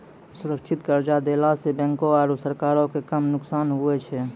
सुरक्षित कर्जा देला सं बैंको आरू सरकारो के कम नुकसान हुवै छै